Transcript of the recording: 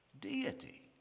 Deity